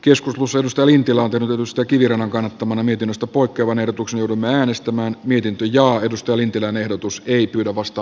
jos museosta oli tilaa nousta kivirannan kannattamana mietinnöstä poikkeavan ehdotuksen äänestämään kannatan edustaja lintilän muutosesitystä